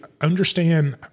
understand